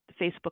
Facebook